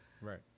Right